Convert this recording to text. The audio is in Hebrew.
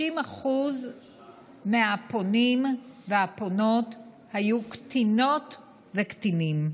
60% מהפונים והפונות היו קטינות וקטינים.